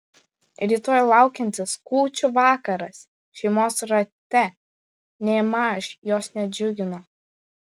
rytoj laukiantis kūčių vakaras šeimos rate nėmaž jos nedžiugino